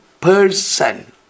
person